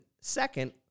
second